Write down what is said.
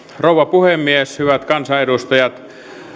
rouva puhemies hyvät kansanedustajat